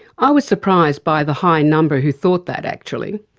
i was surprised by the high number who thought that actually.